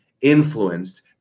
influenced